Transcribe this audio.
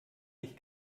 nicht